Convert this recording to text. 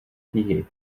knihy